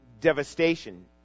devastation